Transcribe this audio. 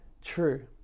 true